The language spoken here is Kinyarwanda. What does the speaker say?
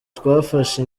twafashe